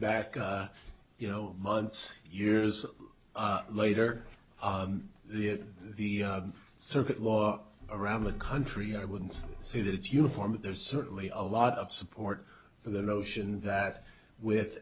back you know months years later the the circuit law around the country i wouldn't say that it's uniform but there's certainly a lot of support for the notion that with